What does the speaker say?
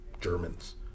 Germans